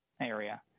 area